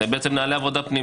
אלה בעצם נוהלי עבודה פנימיים.